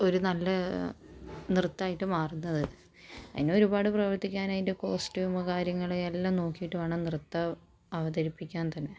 ഒരു നല്ല നൃത്തമായിട്ട് മാറുന്നത് അതിന് ഒരുപാട് പ്രവർത്തിക്കാൻ അതിൻ്റെ കോസ്റ്റ്യും കാര്യങ്ങള് എല്ലാം നോക്കിയിട്ടു വേണം നൃത്തം അവതരിപ്പിക്കാൻ തന്നെ